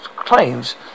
Claims